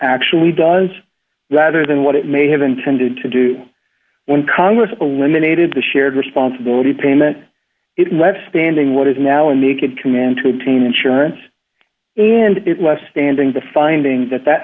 actually dawns rather than what it may have intended to do when congress eliminated the shared responsibility payment it left banding what is now in the could command to obtain insurance and it left standing the finding that that